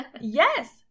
yes